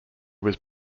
was